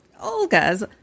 Olga's